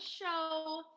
show